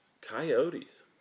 coyotes